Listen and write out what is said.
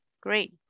Great